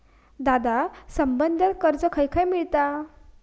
दादा, संबंद्ध कर्ज खंय खंय मिळता